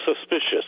suspicious